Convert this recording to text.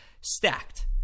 stacked